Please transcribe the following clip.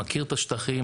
מכיר את השטחים,